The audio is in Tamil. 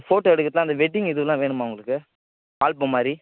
ஃபோட்டோ எடுக்கிறதுலாம் அந்த வெட்டிங் இதுலாம் வேணுமா உங்களுக்கு ஆல்பம் மாதிரி